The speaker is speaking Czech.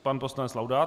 Pan poslanec Laudát.